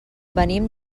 venim